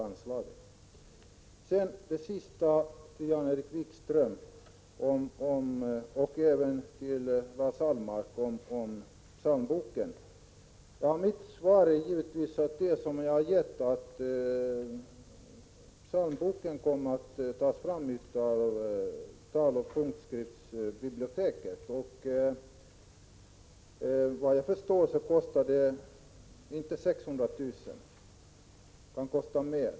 Till sist några ord till Jan-Erik Wikström och Lars Ahlmark beträffande psalmboken: Mitt svar är givetvis att psalmboken kommer att tas fram av taloch punktskriftsbiblioteket. Vad jag förstår kostar det inte 600 000 kr. utan mer.